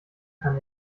kann